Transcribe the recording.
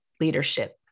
leadership